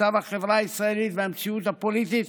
מצב החברה הישראלית והמציאות הפוליטית